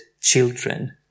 children